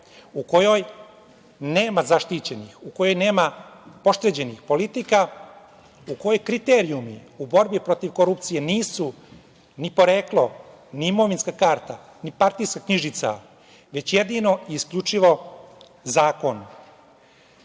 u kojoj nema zaštićenih, u kojoj nema pošteđenih, politika u kojoj kriterijumi u borbi protiv korupcije nisu ni poreklo, ni imovinska karta, ni partijska knjižica, već jedino i isključivo zakon. Mi